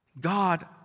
God